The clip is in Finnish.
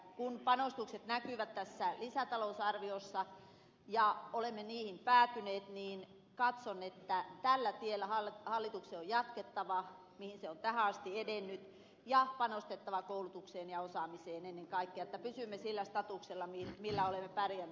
kun panostukset näkyvät tässä lisätalousarviossa ja olemme niihin päätyneet niin katson että tällä tiellä hallituksen on jatkettava mihin se on tähän asti edennyt ja panostettava koulutukseen ja osaamiseen ennen kaikkea että pysymme sillä statuksella millä olemme pärjänneet menneisyydessäkin